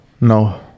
No